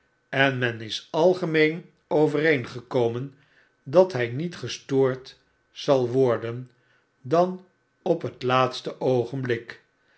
en men is algemeen overeengekomen dat hy niet gestoord zal worden dan op het laatste oogenblik